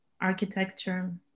architecture